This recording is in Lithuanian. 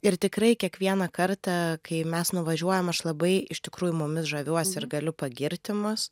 ir tikrai kiekvieną kartą kai mes nuvažiuojam aš labai iš tikrųjų mumis žaviuosi ir galiu pagirti mus